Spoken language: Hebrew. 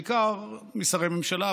בעיקר משרי ממשלה,